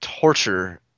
torture